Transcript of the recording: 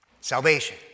Salvation